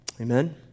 Amen